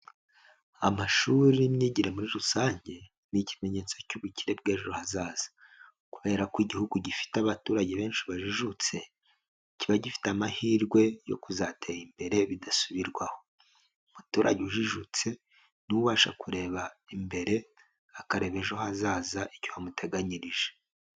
Amashuri n'imyigire muri rusange ni ikimenyetso cy'ubukire bw'ejo hazaza. Kubera ko igihugu gifite abaturage benshi bajijutse kiba gifite amahirwe yo kuzatera imbere bidasubirwaho. Umuturage ujijutse niwe ubasha kureba imbere akareba ejo hazaza icyo hamuteganyirije.